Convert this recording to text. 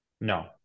No